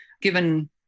given